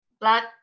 Black